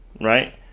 right